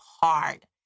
hard